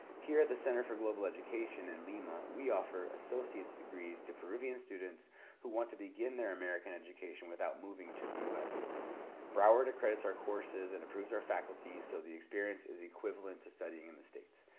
here at the center for global education in lima, we offer associate's degrees to peruvian students who want to begin their american education without moving to the us. broward accredits our courses and approves our faculty, so the experience is equivalent to studying in the states.